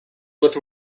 lifted